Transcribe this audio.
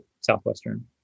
Southwestern